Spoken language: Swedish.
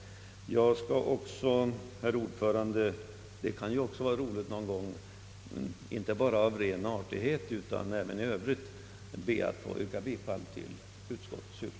Även jag ber att få yrka bifall till utskottets förslag det kan ju vara roligt att göra det någon gång, inte bara av ren artighet utan även av något annat skäl.